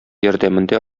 ярдәмендә